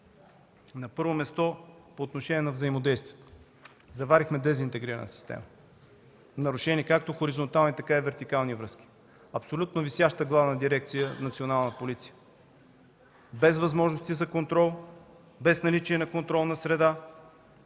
На първо място, по отношение на взаимодействието, заварихме дезинтегрирана система, нарушени както хоризонтални, така и вертикални връзки. Абсолютно висяща Главна дирекция „Национална полиция”, без възможности за контрол, без наличие на контролна среда,